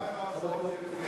ומה עם ההצעות שלפני?